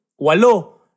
Walo